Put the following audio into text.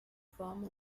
formen